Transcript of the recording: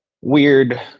weird